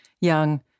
young